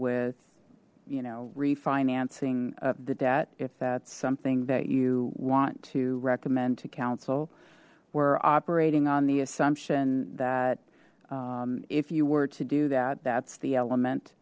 with you know refinancing the debt if that's something that you want to recommend to council we're operating on the assumption that if you were to do that that's the element